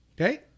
Okay